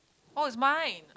oh it's mine